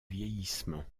vieillissement